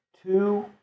two